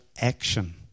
action